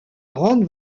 grande